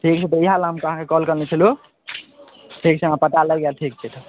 ठीक छै तऽ इएह लए हम तऽ अहाँके कॉल कयने छलहुॅं ठीक छै हमरा पता लाइग जैत ठीक छै तऽ